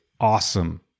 awesome